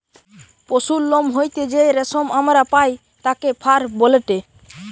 পশুর লোম হইতে যেই রেশম আমরা পাই তাকে ফার বলেটে